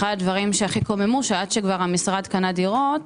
אחד הדברים שהכי קוממו אותי היה שעד שכבר המשרד קנה דירות,